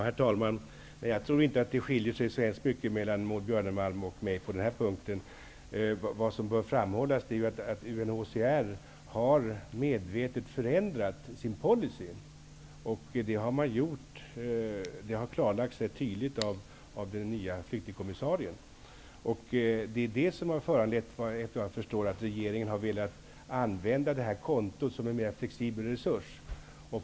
Herr talman! Jag tror inte att det skiljer sig så mycket mellan mig och Maud Björnemalm på denna punkt. Vad som bör framhållas är att UNHCR medvetet har förändrat sin policy. Detta har ganska tidigt klarlagts av den nya flyktingkommissarien. Vad jag förstår är det detta som har föranlett att regeringen har velat använda detta konto som en mer flexibel resurs.